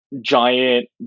giant